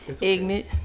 Ignite